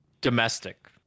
domestic